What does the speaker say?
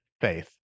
faith